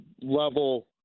level